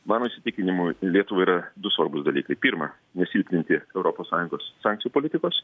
mano įsitikinimu lietuvai yra du svarbūs dalykai pirma nesilpninti europos sąjungos sankcijų politikos